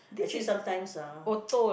actually sometimes ah